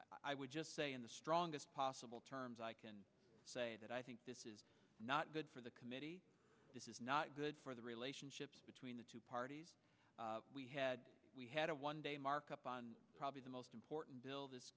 would just say in the strongest possible terms i can say that i think this is not good for the committee this is not good for the relationships between the two parties we had a one day markup on probably the most important bil